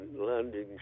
landing